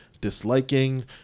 disliking